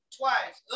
twice